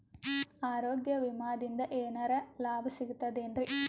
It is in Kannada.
ಆರೋಗ್ಯ ವಿಮಾದಿಂದ ಏನರ್ ಲಾಭ ಸಿಗತದೇನ್ರಿ?